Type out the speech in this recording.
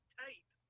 tape